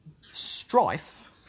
strife